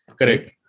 Correct